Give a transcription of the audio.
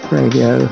radio